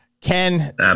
Ken